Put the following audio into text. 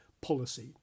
policy